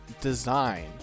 design